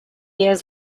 years